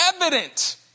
evident